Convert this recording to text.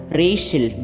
racial